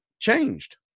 changed